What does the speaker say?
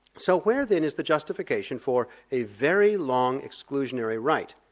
so where then is the justification for a very long exclusionary right?